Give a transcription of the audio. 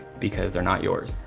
because they're not yours.